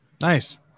Nice